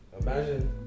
imagine